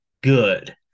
good